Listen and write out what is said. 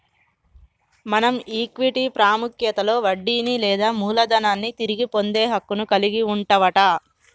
మనం ఈక్విటీ పాముఖ్యతలో వడ్డీని లేదా మూలదనాన్ని తిరిగి పొందే హక్కును కలిగి వుంటవట